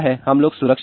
हम लोग सुरक्षित हैं